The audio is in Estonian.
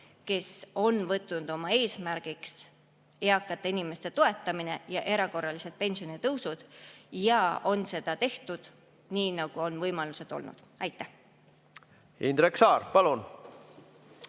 kes on võtnud oma eesmärgiks eakate inimeste toetamise ja erakorralised pensionitõusud. Seda on tehtud nii, nagu võimalusi on olnud. Indrek Saar, palun!